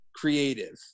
creative